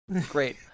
Great